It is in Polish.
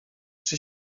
czy